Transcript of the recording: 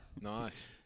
Nice